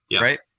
Right